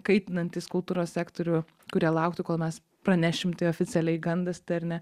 kaitinantys kultūros sektorių kurie lauktų kol mes pranešim tai oficialiai gandas tai ar ne